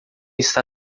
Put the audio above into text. está